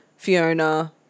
Fiona